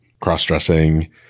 cross-dressing